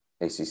ACC